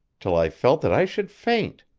till i felt that i should faint.